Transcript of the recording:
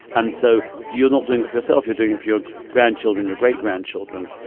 and so you're not doing it for yourself. you're doing it for your grandchildren, your great grandchildren.